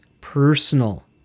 personal